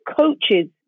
coaches